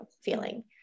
feeling